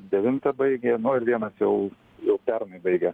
devintą baigė nu ir vienas jau jau pernai baigė